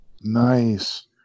Nice